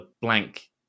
blank